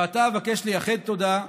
ועתה אבקש לייחד תודה,